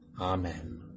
Amen